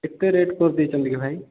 ଏତେ ରେଟ୍ କରିଦେଇଛନ୍ତି କି ଭାଇ